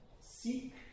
seek